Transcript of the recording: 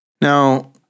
Now